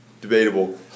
Debatable